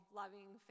loving